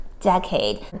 decade